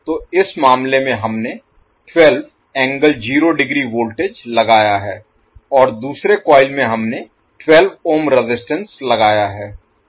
तो इस मामले में हमने वोल्टेज लगाया है और दूसरे कॉइल में हमने 12 ओम रेजिस्टेंस लगाया है